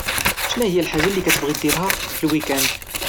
شناهيا الحاجة اللي كاتبغي ديرها في الويكاند؟